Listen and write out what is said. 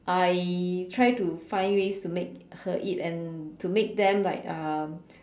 I try to find ways to make her eat and to make them like um